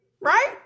right